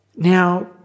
Now